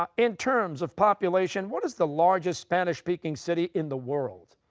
um in terms of population, what is the largest spanish-speaking city in the world?